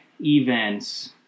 events